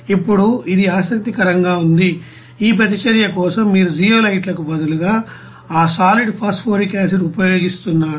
ఇప్పుడు ఇది ఆసక్తికరంగా ఉంది ఈ ప్రతిచర్య కోసం మీరు జియోలైట్లకు బదులుగా ఆ సాలిడ్ ఫాస్పోరిక్ ఆసిడ్ ఉపయోగిస్తున్నారు